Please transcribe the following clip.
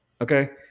Okay